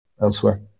elsewhere